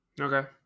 Okay